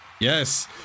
Yes